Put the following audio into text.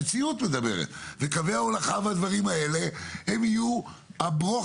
וקווי ההולכה והדברים האלה יהיו הברוך